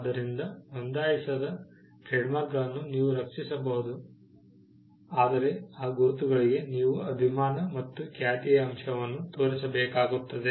ಆದ್ದರಿಂದ ನೋಂದಾಯಿಸದ ಟ್ರೇಡ್ಮಾರ್ಕ್ಗಳನ್ನು ನೀವು ರಕ್ಷಿಸಬಹುದು ಆದರೆ ಆ ಗುರುತುಗಳಿಗೆ ನೀವು ಅಭಿಮಾನ ಮತ್ತು ಖ್ಯಾತಿಯ ಅಂಶವನ್ನು ತೋರಿಸಬೇಕಾಗುತ್ತದೆ